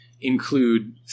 include